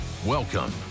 Welcome